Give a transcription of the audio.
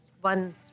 one